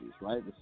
right